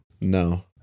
No